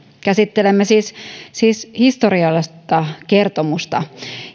käsittelemme siis siis historiallista kertomusta